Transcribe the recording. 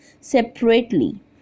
separately